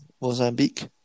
Mozambique